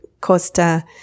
Costa